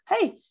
hey